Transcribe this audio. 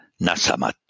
nasamat